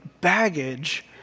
baggage